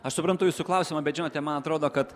aš suprantu jūsų klausimą bet žinote man atrodo kad